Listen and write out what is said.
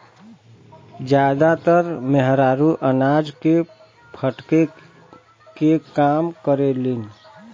जादातर मेहरारू अनाज के फटके के काम करेलिन